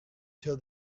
till